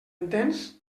entens